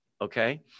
Okay